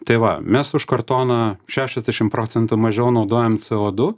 tai va mes už kartoną šešiasdešim procentų mažiau naudojam co du